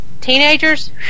Teenagers